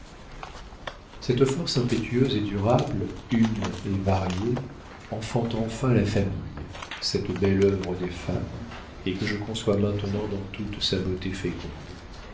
cette force impétueuse et durable une et variée enfante enfin la famille cette belle œuvre des femmes et que je conçois maintenant dans toute sa beauté féconde